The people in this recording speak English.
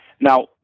Now